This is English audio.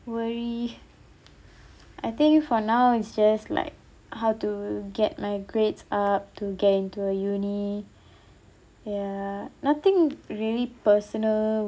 worry I think for now is just like how to get my grades up to get into a uni ya nothing really personal